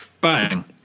bang